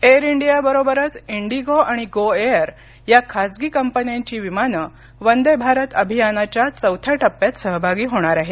air इंडियाबरोबरच IndiGo आणि Go Air या खासगी कंपन्यांची विमानं वंदे भारत अभियानाच्या चौथ्या टप्प्यात सहभागी होणार आहेत